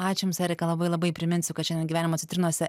ačiū jums erika labai labai priminsiu kad šiandien gyvenimo citrinose